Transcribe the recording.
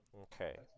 Okay